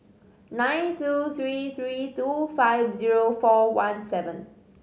nine two three three two five zero four one seven